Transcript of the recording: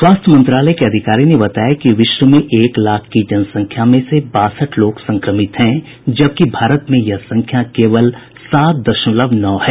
स्वास्थ्य मंत्रालय के अधिकारी ने बताया कि विश्व में एक लाख की जनसंख्या में से बासठ लोग संक्रमित हैं जबकि भारत में यह संख्या केवल सात दशमलव नौ है